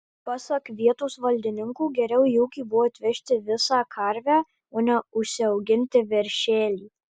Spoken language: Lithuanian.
pasak vietos valdininkų geriau į ūkį buvo atvežti visą karvę o ne užsiauginti veršelį